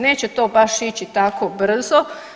Neće to baš ići tako brzo.